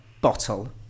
bottle